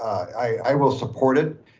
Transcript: i will support it.